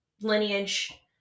lineage